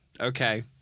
Okay